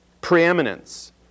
preeminence